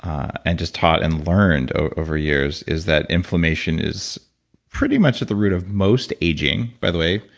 and just taught and learned over years is that inflammation is pretty much at the root of most aging. by the way,